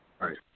Right